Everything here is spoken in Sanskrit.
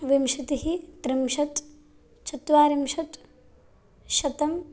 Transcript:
विंशतिः त्रिंशत् चत्वारिंशत् शतं